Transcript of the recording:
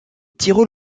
tyrol